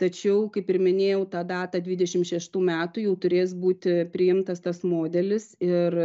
tačiau kaip ir minėjau tą datą dvidešim šeštų metų jau turės būti priimtas tas modelis ir